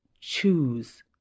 Choose